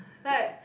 like